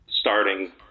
starting